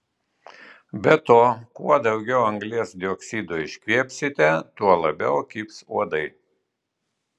be to kuo daugiau anglies dioksido iškvėpsite tuo labiau kibs uodai